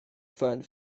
fund